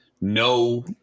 no